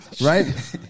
right